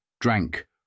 drank